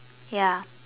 ya